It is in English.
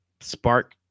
spark